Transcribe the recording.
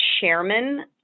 chairman